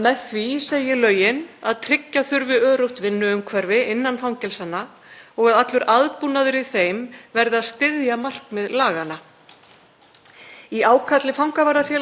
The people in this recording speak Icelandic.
Í ákalli fangavarðafélagsins segir m.a., með leyfi forseta: „Of fáir fangaverðir eru á vöktum og með því er öryggi starfsmanna og fangelsanna stefnt í hættu.